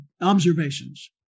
observations